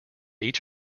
each